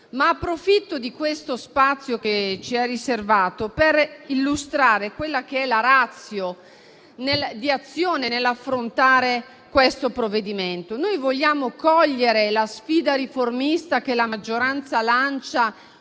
Approfitto di questo spazio che ci è riservato per illustrare la *ratio* di Azione nell'affrontare il provvedimento in esame. Noi vogliamo cogliere la sfida riformista che la maggioranza lancia